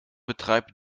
betreibt